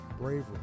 Bravery